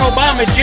Obama